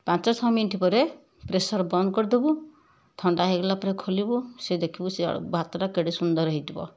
ପାଞ୍ଚ ଛଅ ମିନିଟ ପରେ ପ୍ରେସର ବନ୍ଦ କରିଦବୁ ଥଣ୍ତା ହେଇଗଲା ପରେ ଖୋଲିବୁ ସେ ଦେଖିବୁ ସେ ଭାତଟା କେଡ଼େ ସୁନ୍ଦର ହେଇଥିବା